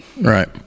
Right